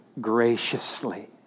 graciously